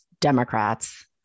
Democrats